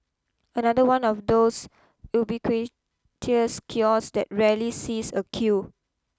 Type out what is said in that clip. another one of those ubiquitous kiosks that rarely sees a queue